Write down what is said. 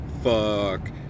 fuck